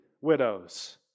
widows